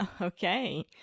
Okay